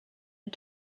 and